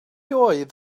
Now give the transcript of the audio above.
oedd